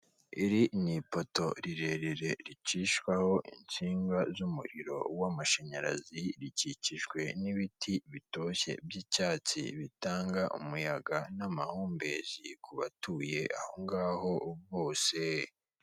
Iri ni ipoto rirerire ricishwaho insinga z'umuriro w'amashanyarazi, rikikijwe n'ibiti bitoshye by'icyatsi bitanga umuyaga n'amahumbezi , kubatuye aho ngaho bose.